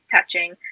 touching